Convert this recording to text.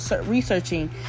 researching